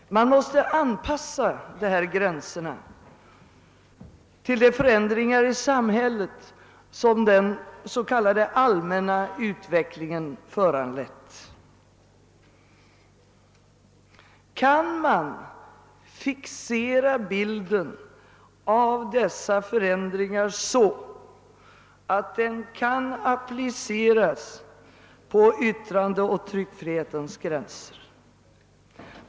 Man måste anpassa dessa gränser till de förändringar i samhället som den s.k. allmänna utvecklingen föranlett. Kan man fixera bilden av dessa förändringar så att den kan appliceras på yttrandeoch tryckfrihetens gränser?